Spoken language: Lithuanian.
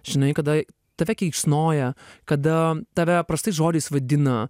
žinai kada tave keiksnoja kada tave prastais žodžiais vadina